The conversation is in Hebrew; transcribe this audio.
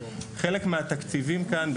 חלק מהתקציבים כאן,